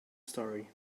story